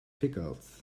pickles